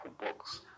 books